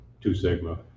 two-sigma